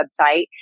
website